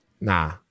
Nah